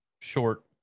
short